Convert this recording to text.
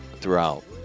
throughout